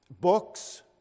books